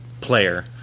player